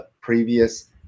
previous